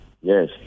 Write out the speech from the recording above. Yes